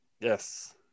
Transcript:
Yes